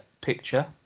picture